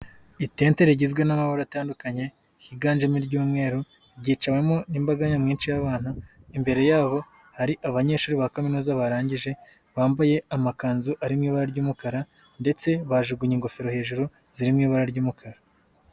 Itente rigizwe n'amabara atandukanye, higanjemo iry'umweru, ryiciwemo n'imbaga nyamwinshi y'abantu, imbere yabo hari abanyeshuri ba kaminuza barangije, bambaye amakanzu ari rimwe ibara ry'umukara ndetse bajugunyeya ingofero hejuru, ziri mu ibara ry'umukara.